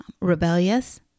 rebellious